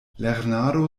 lernado